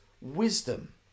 wisdom